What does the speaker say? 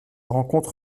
rencontre